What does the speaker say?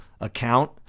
account